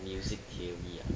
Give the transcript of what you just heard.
music theory ah